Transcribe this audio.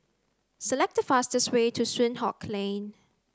select the fastest way to Soon Hock Lane